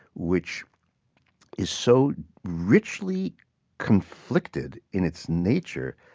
which is so richly conflicted in its nature,